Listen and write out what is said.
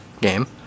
game